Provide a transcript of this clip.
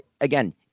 again